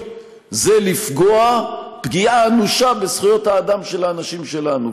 זה לפגוע פגיעה אנושה בזכויות האדם של האנשים שלנו,